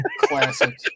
Classic